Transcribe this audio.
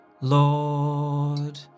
Lord